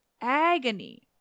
agony